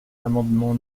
l’amendement